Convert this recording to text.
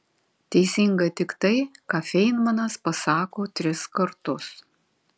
teisinga tik tai ką feinmanas pasako tris kartus